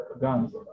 guns